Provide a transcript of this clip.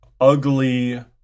ugly